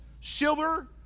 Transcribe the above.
silver